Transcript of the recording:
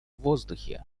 воздухе